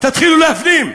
תתחילו להפנים,